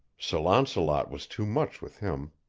sir launcelot was too much with him.